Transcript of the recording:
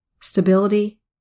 stability